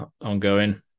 ongoing